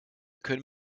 können